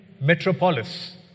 metropolis